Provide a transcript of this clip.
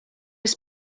were